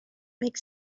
make